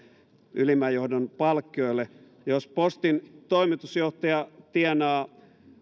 ylimmän johdon palkkioille postin toimitusjohtaja tienaa